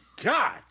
God